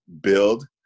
build